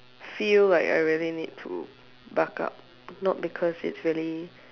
feel like I really need to bulk up not because its really